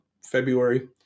february